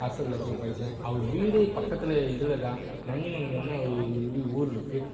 ஹாஸ்டலில் போய் படித்தேன் அவர் வீடு பக்கத்தில் இதில் தான் நன்னிமங்கலம் தான் அவர் ஊரிருக்கு